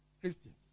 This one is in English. Christians